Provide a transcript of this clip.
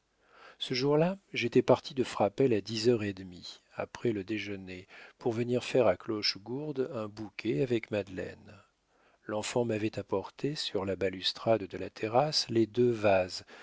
ce jour-là j'étais parti de frapesle à dix heures et demie après le déjeuner pour venir faire à clochegourde un bouquet avec madeleine l'enfant m'avait apporté sur la balustrade de la terrasse les deux vases